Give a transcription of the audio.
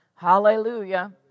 Hallelujah